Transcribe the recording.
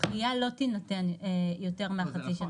דחיה לא תינתן יותר מחצי שנה,